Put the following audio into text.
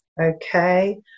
okay